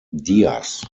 diaz